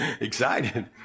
excited